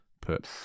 put